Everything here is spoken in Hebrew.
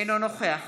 אינו נוכח